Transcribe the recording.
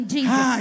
Jesus